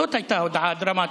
זאת הייתה הודעה דרמטית.